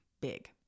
big